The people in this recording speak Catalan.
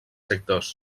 sectors